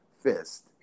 fist